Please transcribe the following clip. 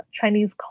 Chinese